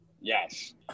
Yes